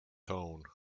tone